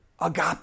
agape